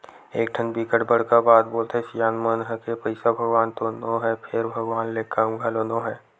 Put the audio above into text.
एकठन बिकट बड़का बात बोलथे सियान मन ह के पइसा भगवान तो नो हय फेर भगवान ले कम घलो नो हय